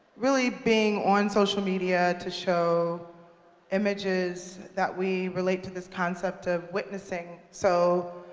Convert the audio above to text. really being on social media to show images that we relate to this concept of witnessing. so,